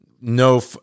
no